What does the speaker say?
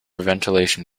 ventilation